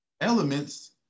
elements